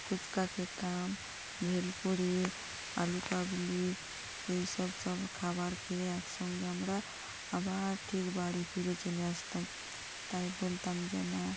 ফুচকা খেতাম ভেলপুরি আলুকাবলি এই সব সব খাবার খেয়ে একসঙ্গে আমরা আবার ঠিক বাড়ি ফিরে চলে আসতম তাই বলতাম যে না